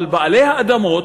אבל בעלי האדמות,